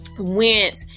went